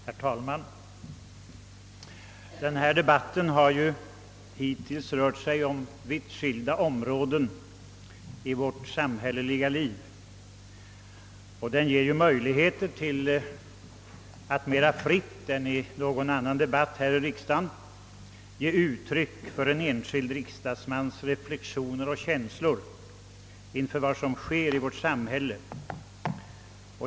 Herr talman! Denna debatt har hit tills rört sig över vitt skilda områden i vårt samhälleliga liv. Den ger möjligheter till att mera fritt än i någon annan debatt här i riksdagen ge uttryck åt en enskild riksdagsmans tankar och känslor inför vad som sker i vårt samhälle.